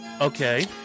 Okay